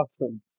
awesome